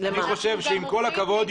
אני חושב שעם כל הכבוד,